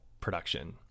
production